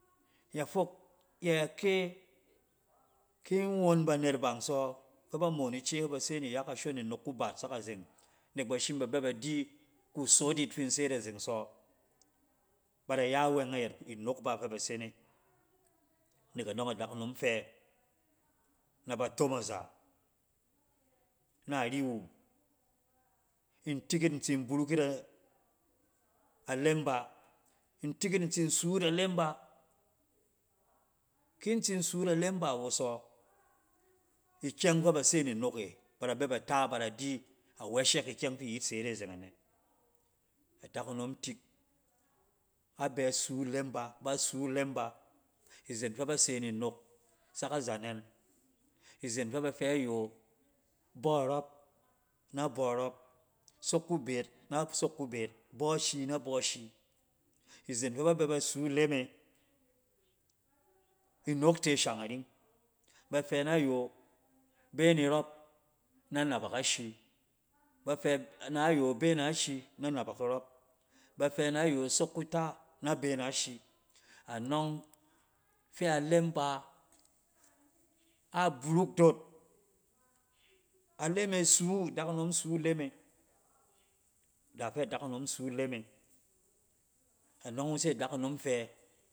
Yɛ fok yɛ kye! Kin won bnanet bang sɔ fɛ ba moon ice ba se ni nok kubat sak a zeng nek ba shim ba bɛ ba di kusot yit fin se yit azeng sɔ ba daya wɛng ayɛt inook bang fɛ ba saine. Nek anɔng, adakunom fɛ na ba tom aza na ariwu, in tik yit in tsin buruk yit a-a lem ba, in tik yit in tsin suut alam ba. Kin tsin suut alem ba wo sɔ, ikyɛng fɛ ba se ni nok e, ba da bɛ ba ta ba di a wɛshɛk ikyɛng fi yit se yit e zeng anɛ. Adakunom tik, a bɛ suu lem ba, ba suu idem ba. Izen fɛ ba se ni nok sak azanɛn. Izen fɛ ba fɛ yo bɔ rɔb, na bɔ rɔb, sok kubeet na sok kubeet, bɔ shi na bɔ shi izen fɛ ba bɛ ba suu ilem e inok te shang'aring. Ba fɛ nayo be ni rɔb na nabak ashi, ba fɛ nayo be nayo sok kuta, na be na shi. Anɔng fɛ alem bam, a buruk dot. Alem e suu, adakunom see aleme. Da fɛ dakunom su lem e, anɔng wu se dakunom fɛ